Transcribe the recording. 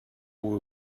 will